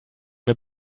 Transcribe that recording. mir